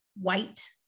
white